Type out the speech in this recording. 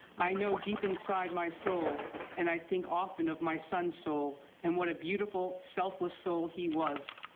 i know deep inside my soul and i think often of my son's soul and what a beautiful, selfless soul he was,